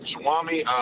Swami